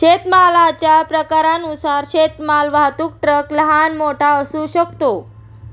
शेतमालाच्या प्रकारानुसार शेतमाल वाहतूक ट्रक लहान, मोठा असू शकतो